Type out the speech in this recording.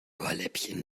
ohrläppchen